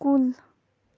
کُل